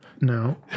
No